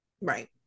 right